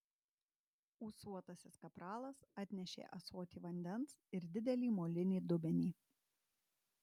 ūsuotasis kapralas atnešė ąsotį vandens ir didelį molinį dubenį